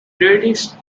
greatest